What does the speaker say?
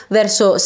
verso